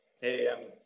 Hey